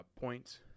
points